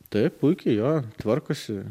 taip puikiai jo tvarkosi